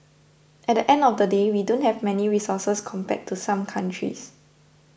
at the end of the day we don't have many resources compared to some countries